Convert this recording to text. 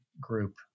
group